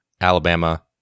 Alabama